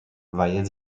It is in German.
weil